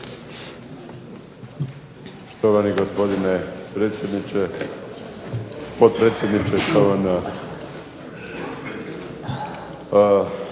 Štovani gospodine potpredsjedniče, štovana.